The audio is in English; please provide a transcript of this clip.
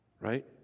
right